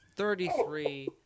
Thirty-three